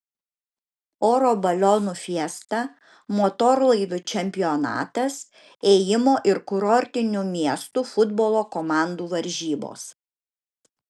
oro balionų fiesta motorlaivių čempionatas ėjimo ir kurortinių miestų futbolo komandų varžybos